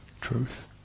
truth